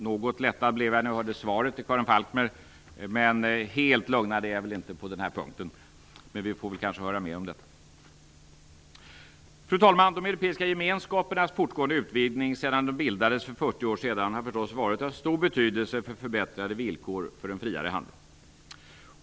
Något lättad blev jag när jag hörde svaret till Karin Falkmer. Helt lugnad är jag väl inte på den punkten, men vi får kanske höra mer om detta. Fru talman! De europeiska gemenskapernas fortgående utvidgning sedan de bildades för 40 år sedan har förstås varit av stor betydelse för förbättrade villkor för en friare handel.